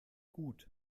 gut